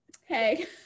hey